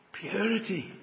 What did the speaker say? purity